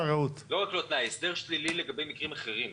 לא רק לא תנאי אלא הסדר שלילי לגבי מקרים אחרים.